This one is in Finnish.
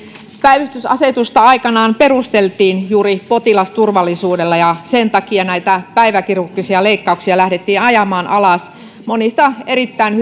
päivystysasetusta aikanaan perusteltiin juuri potilasturvallisuudella ja sen takia näitä päiväkirurgisia leikkauksia lähdettiin ajamaan alas monista erittäin